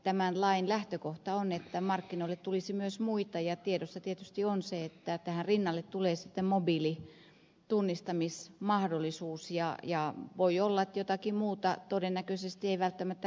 tämän lain lähtökohta on että markkinoille tulisi myös muita ja tiedossa tietysti on se että tähän rinnalle tulee sitten mobiilitunnistamismahdollisuus ja voi olla että jotakin muuta todennäköisesti ei välttämättä lähivuosina